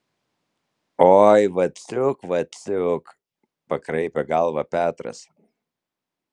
oi vaciuk vaciuk pakraipė galvą petras